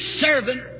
servant